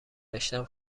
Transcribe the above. رشتهام